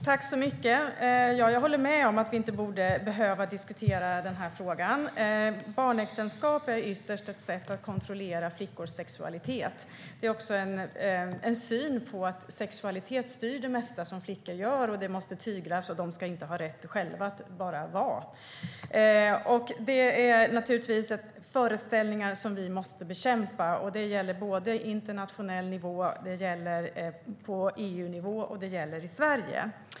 Fru talman! Jag håller med om att vi inte borde behöva diskutera den här frågan. Barnäktenskap är ytterst ett sätt att kontrollera flickors sexualitet. Det är också en syn som handlar om att sexualitet styr det mesta som flickor gör. Det måste tyglas, och de ska inte ha rätt att bara vara. Det är naturligtvis föreställningar som vi måste bekämpa. Det gäller på internationell nivå. Det gäller på EU-nivå, och det gäller i Sverige.